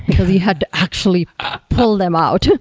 because you had to actually pull them out.